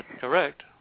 Correct